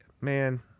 Man